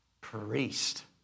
priest